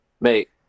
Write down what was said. mate